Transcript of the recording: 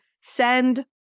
send